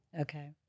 Okay